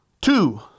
Two